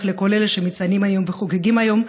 לכל אלה שמציינים את היום וחוגגים היום,